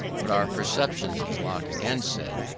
but our perceptions, as locke again said,